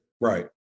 right